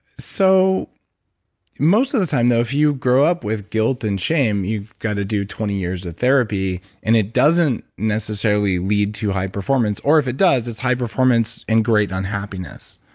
so most of the time though, if you grow up with guilt and shame, you've got to do twenty years of therapy, and it doesn't necessarily lead to high performance. or if it does, it's high performance and great unhappiness.